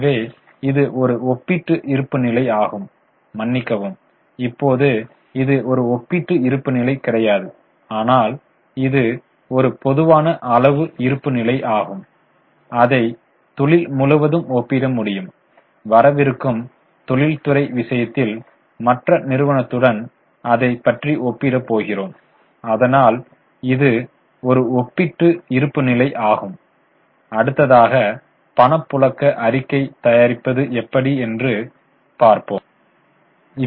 எனவே இது ஒரு ஒப்பீட்டு இருப்புநிலை ஆகும் மன்னிக்கவும் இப்போது இது ஒரு ஒப்பீட்டு இருப்புநிலை கிடையாது ஆனால் இது ஒரு பொதுவான அளவு இருப்பு நிலை ஆகும் அதை தொழில் முழுவதும் ஒப்பிட முடியும் வரவிருக்கும் தொழில்துறை விஷயத்தில் மற்ற நிறுவனத்துடன் அதை பற்றி ஒப்பிடப் போகிறோம் அதனால் இது ஒரு ஒப்பீட்டு இருப்புநிலை ஆகும் அடுத்ததாக பணப்புழக்க அறிக்கை தயாரிப்பது எப்படி என்று பார்க்கலாம்